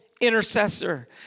intercessor